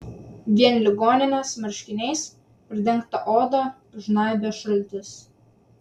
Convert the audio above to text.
vien ligoninės marškiniais pridengtą odą žnaibė šaltis